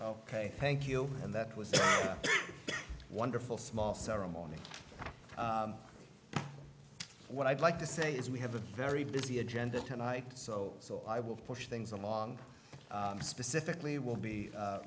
ok thank you and that was wonderful small ceremony what i'd like to say is we have a very busy agenda tonight so so i will push things along specifically will be